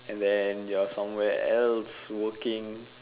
and then you're somewhere else working